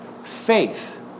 Faith